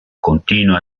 continua